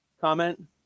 comment